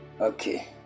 okay